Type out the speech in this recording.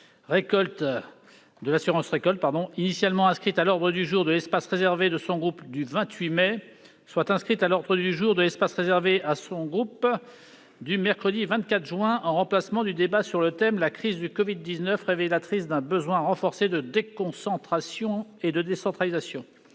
de l'assurance récolte, initialement inscrite à l'ordre du jour de l'espace réservé à son groupe du 28 mai, soit inscrite à l'ordre du jour de l'espace réservé à son groupe du mercredi 24 juin, en remplacement du débat sur le thème :« La crise du Covid-19 révélatrice d'un besoin renforcé de déconcentration et de décentralisation ».